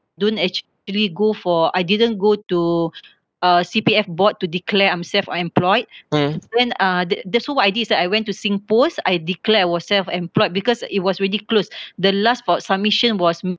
don't actually go for I didn't go to uh C_P_F board to declare I'm self-employed when uh that that so what I did is that I went to Singpost I declare I was self employed because it was ridiculous the last for submission was